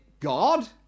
God